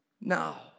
now